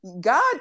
God